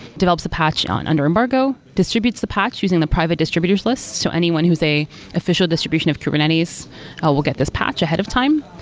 develops a patch on under embargo, distributes the patch using the private distributors list. so anyone who's a official distribution of kubernetes ah will get this patch ahead of time.